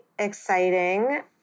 exciting